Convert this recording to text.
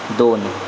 दोन